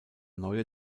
neue